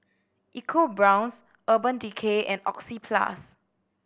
EcoBrown's Urban Decay and Oxyplus